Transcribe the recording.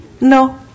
No